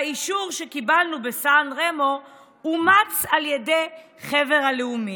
האישור שקיבלנו בסן רמו אומץ על ידי חבר הלאומים,